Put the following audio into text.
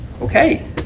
okay